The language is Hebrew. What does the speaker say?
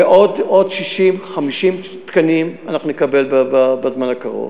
ועוד 50 60 תקנים נקבל בזמן הקרוב.